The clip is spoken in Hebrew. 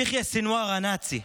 יחיא סנוואר הנאצי,